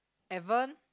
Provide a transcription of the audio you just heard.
Ivan